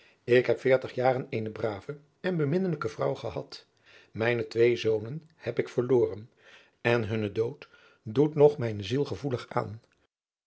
ik heb veertig jaren eene brave en beminnelijke vrouw gehad mijne twee zonen heb ik verloren en hunne dood doet nog mijne ziel gevoelig aan